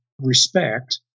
respect